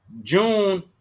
June